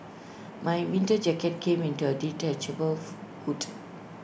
my winter jacket came with A detachable hood